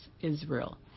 Israel